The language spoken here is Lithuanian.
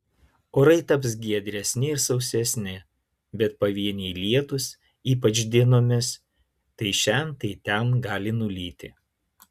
orai taps giedresni ir sausesni bet pavieniai lietūs ypač dienomis tai šen tai ten gali nulyti